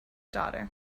daughter